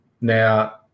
now